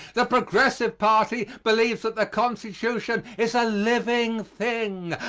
the progressive party believes that the constitution is a living thing,